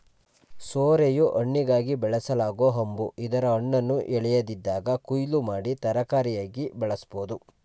ಸೋರೆಯು ಹಣ್ಣಿಗಾಗಿ ಬೆಳೆಸಲಾಗೊ ಹಂಬು ಇದರ ಹಣ್ಣನ್ನು ಎಳೆಯದಿದ್ದಾಗ ಕೊಯ್ಲು ಮಾಡಿ ತರಕಾರಿಯಾಗಿ ಬಳಸ್ಬೋದು